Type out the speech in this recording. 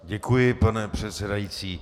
Děkuji, pane předsedající.